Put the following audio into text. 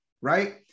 Right